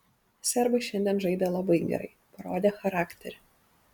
serbai šiandien žaidė labai gerai parodė charakterį